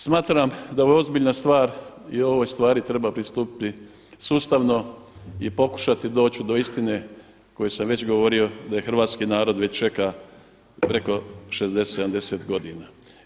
Smatram da je ovo ozbiljna stvar i ovoj stvari treba pristupiti sustavno i pokušati doći do istine o kojoj sam već govorio da je hrvatski narod već čeka preko 60, 70 godina.